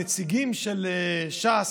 הנציגים של ש"ס,